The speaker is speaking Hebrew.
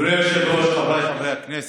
אדוני היושב-ראש, חבריי חברי הכנסת,